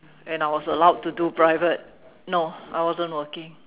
and I was allowed to do private no I wasn't working